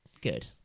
good